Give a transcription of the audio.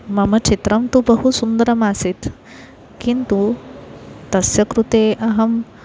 मम चित्रं तु बहु सुन्दरमासीत् किन्तु तस्य कृते अहं